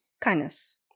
Kindness